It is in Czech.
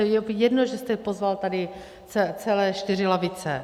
Je jedno, že jste pozval tady celé čtyři lavice.